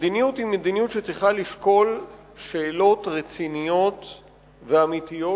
המדיניות צריכה לשקול שאלות רציניות ואמיתיות,